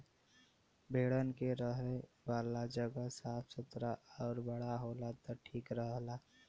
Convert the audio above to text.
भेड़न के रहे वाला जगह साफ़ सुथरा आउर बड़ा होला त ठीक रहला